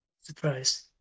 Surprise